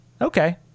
Okay